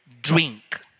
drink